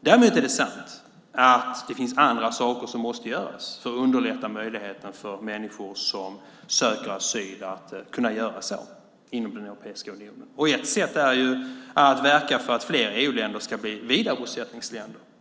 Däremot är det sant att det finns andra saker som måste göras för att underlätta möjligheten för människor att söka asyl inom Europeiska unionen. Ett sätt är att verka för att fler EU-länder ska bli vidarebosättningsländer.